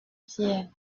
pierres